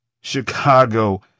Chicago